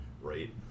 right